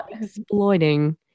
exploiting